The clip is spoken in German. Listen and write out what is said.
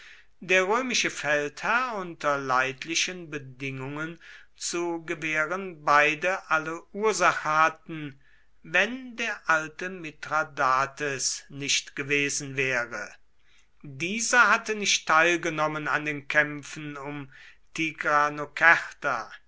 der römische feldherr unter leidlichen bedingungen zu gewähren beide alle ursache hatten wenn der alte mithradates nicht gewesen wäre dieser hatte nicht teilgenommen an den kämpfen um tigranokerta